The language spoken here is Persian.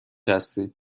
هستید